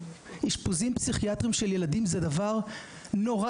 אשפוזים פסיכיאטרים של ילדים זה דבר נוראי